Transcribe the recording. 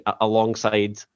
alongside